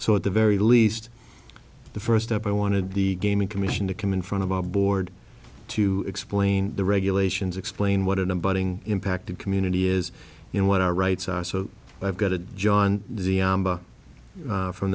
so at the very least the first step i wanted the gaming commission to commune front of our board to explain the regulations explain what an abiding impact of community is and what our rights are so i've got a john from